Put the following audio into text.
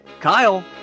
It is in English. Kyle